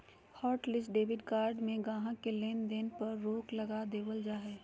hotlist debit card में गाहक़ के लेन देन पर रोक लगा देबल जा हय